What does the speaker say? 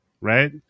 right